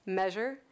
measure